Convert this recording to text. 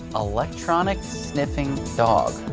electronic sniffing dog.